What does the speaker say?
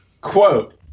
Quote